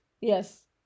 Yes